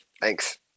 Thanks